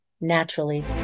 naturally